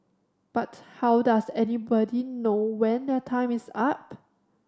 but how does anybody know when their time is up